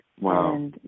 Wow